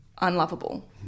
unlovable